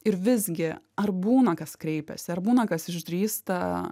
ir visgi ar būna kas kreipiasi ar būna kas išdrįsta